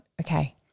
Okay